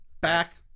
back